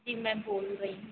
जी मैं बोल रही हूँ